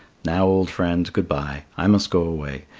now, old friend, good-bye. i must go away.